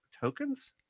tokens